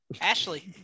Ashley